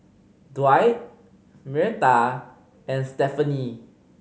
Dwight Myrta and Stephany